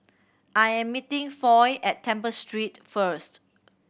I am meeting Foy at Temple Street first